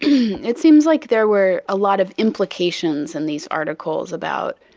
it seems like there were a lot of implications in these articles about